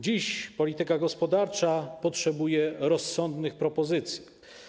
Dziś polityka gospodarcza potrzebuje rozsądnych propozycji.